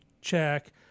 Check